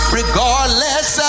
regardless